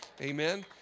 Amen